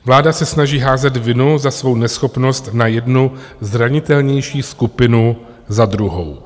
Vláda se snaží házet vinu za svou neschopnost na jednu zranitelnější skupinu za druhou.